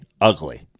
ugly